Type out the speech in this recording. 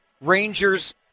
Rangers